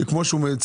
כמו שהבנק